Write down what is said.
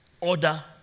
order